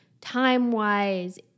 time-wise